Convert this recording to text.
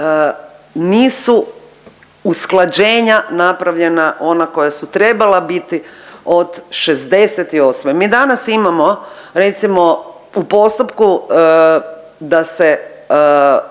nisu usklađenja napravljena ona koja su trebala biti od '68. Mi danas imamo recimo u postupku da se